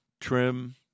trim